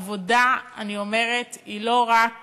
עבודה, אני אומרת, היא לא רק